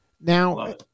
Now